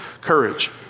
courage